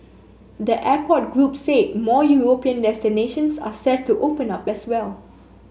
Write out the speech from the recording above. the airport group said more European destinations are set to open up as well